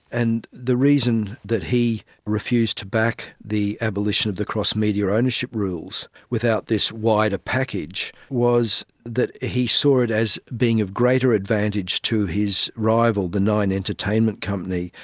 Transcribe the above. and the reason that he refused to back the abolition of the cross-media ownership rules without this wider package was that he saw it as being of greater advantage to his rival, the nine entertainment co,